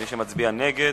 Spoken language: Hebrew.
מי שמצביע נגד,